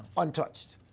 untouched.